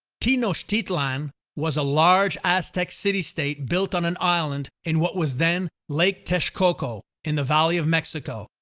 tenochtitlan was a large aztec city-state built on an island in what was then lake texcoco in the valley of mexico,